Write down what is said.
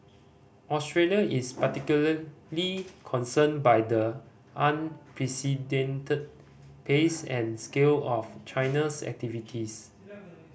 Australia is particularly concerned by the unprecedented pace and scale of China's activities